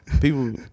People